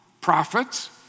prophets